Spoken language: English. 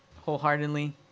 wholeheartedly